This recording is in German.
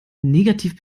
negativ